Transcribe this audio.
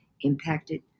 impacted